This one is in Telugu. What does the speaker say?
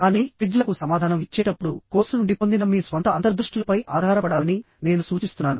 కానీ క్విజ్లకు సమాధానం ఇచ్చేటప్పుడు కోర్సు నుండి పొందిన మీ స్వంత అంతర్దృష్టులపై ఆధారపడాలని నేను సూచిస్తున్నాను